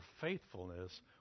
faithfulness